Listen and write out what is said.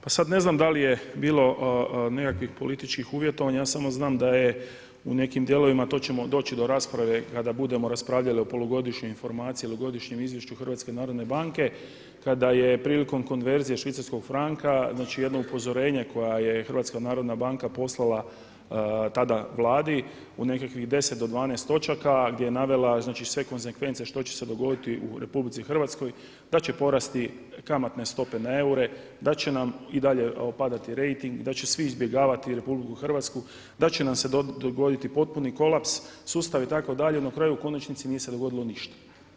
Pa sada ne znam dali je bilo nekakvih političkih uvjetovanja, ja samo znam da je u nekim dijelovima to ćemo doći do rasprave kada budemo raspravljali o polugodišnjoj informaciji ili godišnjem izvješću HNB-a kada je prilikom konverzije švicarskog franka jedno upozorenje koje je HNB poslala tada Vladi u nekih 10 do 12 točaka gdje je navela sve konsekvence što će se dogoditi u RH, da će porasti kamatne stope na eure, da će nam i dalje padati rejting, da će svi izbjegavati RH, da će nam se dogoditi potpuni kolaps, sustav itd. na kraju u konačnici nije se dogodilo ništa.